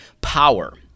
power